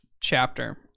chapter